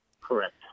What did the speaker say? Correct